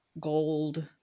gold